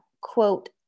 quote